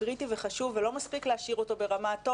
קריטי וחשוב ולא מספיק להשאיר אותו ברמת,